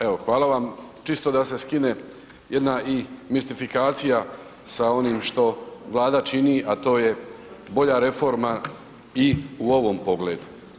Evo hvala vam, čisto da se skine jedna i mistifikacija sa onim što Vlada čini a to je bolja reforma i u ovom pogledu.